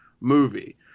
movie